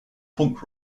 punk